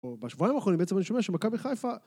או בשבועיים האחרונים בעצם אני שומע שמכבי חיפה